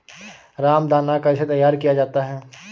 रामदाना कैसे तैयार किया जाता है?